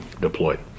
deployed